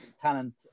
talent